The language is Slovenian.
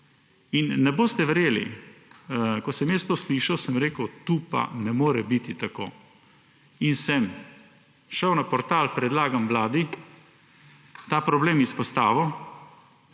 In ne boste verjeli, ko sem to slišal, sem rekel, to pa ne more biti tako. In sem šel na portal predlagam.vladi.si., ta problem izpostavil,